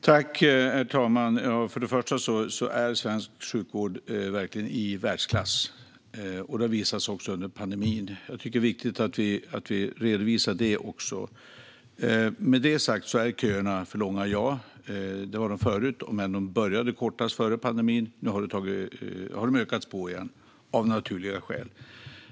Herr talman! Först vill jag säga att svensk sjukvård verkligen är i världsklass. Det har visat sig också under pandemin. Jag tycker att det är viktigt att vi redovisar även detta. Med det sagt är köerna för långa - ja. Det var de även förut, men de hade börjat kortas före pandemin. Nu har de ökats på igen av naturliga skäl.